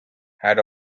had